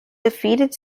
defeated